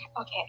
Okay